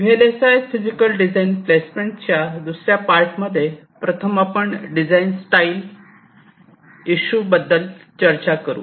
V L S I physical design प्लेसमेंटच्या दुसऱ्या part मध्ये प्रथम आपण डिझाईन स्टाईल विशिष्ट इशू बद्दल चर्चा करू